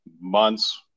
months